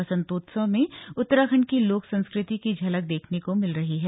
वसंतोत्सव में उत्तराखंड की लोक संस्कृति की झलक देखने को मिल रही है